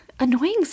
annoying